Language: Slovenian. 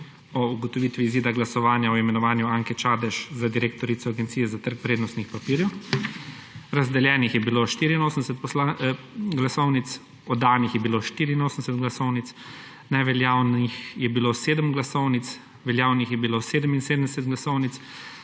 o ugotovitvi izida glasovanja o imenovanju Anke Čadež za direktorico Agencije za trg vrednostnih papirjev. Razdeljenih je bilo 84 glasovnic, oddanih je bilo 84 glasovnic, neveljavnih je bilo 7 glasovnic, veljavnih je bilo 77 glasovnic.